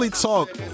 talk